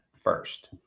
first